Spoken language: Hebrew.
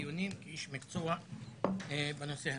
הדיונים כאיש מקצוע בנושא הזה.